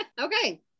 Okay